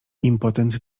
impotent